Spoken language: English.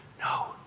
no